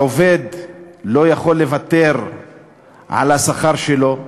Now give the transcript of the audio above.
עובד לא יכול לוותר על השכר שלו.